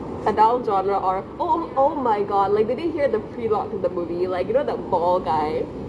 adult genre or oh oh oh my god like did they hear the prolouge in the movie like you know the tall guy